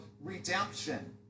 redemption